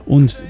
Und